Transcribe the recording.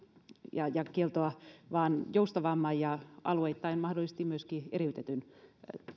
vaan joustavamman ja alueittain mahdollisesti myöskin eriytetyn